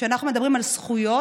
כשאנחנו מדברים על זכויות,